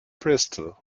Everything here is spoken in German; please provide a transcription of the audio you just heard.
bristol